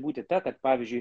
būti ta kad pavyzdžiui